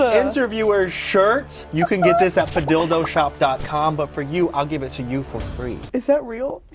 ah interviewers shirts you can get this up for dildo shop calm, but for you, i'll give it to you for free. it's that real